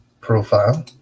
profile